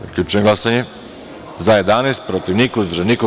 Zaključujem glasanje: za – 10, protiv – niko, uzdržanih – nema.